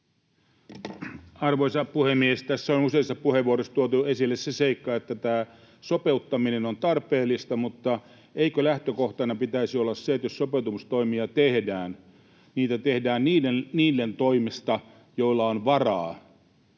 Arvoisa puhemies! Tässä on useissa puheenvuoroissa tuotu esille se seikka, että tämä sopeuttaminen on tarpeellista. Mutta eikö lähtökohtana pitäisi olla se, että jos sopeutumistoimia tehdään, niin niitä tehdään niiden toimesta, joilla on varaa,